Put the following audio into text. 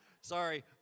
Sorry